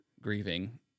grieving